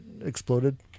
exploded